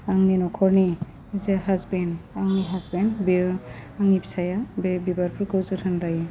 आंनि नखरनि जा हासबेन्ड आंनि हासबेन्ड बेयो आंनि फिसाइया बे बिबारफोरखौ जोथोन लायो